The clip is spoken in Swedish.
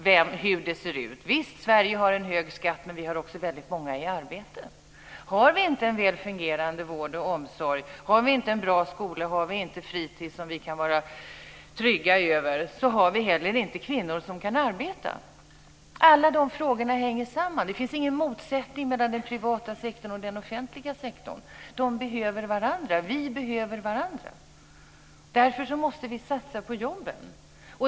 Visst har Sverige en hög skatt, men vi har också väldigt många i arbete. Har vi inte en väl fungerande vård och omsorg, en bra skola och fritis som vi kan vara trygga med har vi heller inte kvinnor som kan arbeta. Alla de frågorna hänger samman. Det finns ingen motsättning mellan den privata sektorn och den offentliga sektorn. De behöver varandra. Vi behöver varandra. Därför måste vi satsa på jobben.